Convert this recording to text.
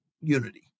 unity